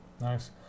Nice